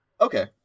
Okay